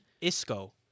Isco